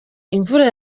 imvura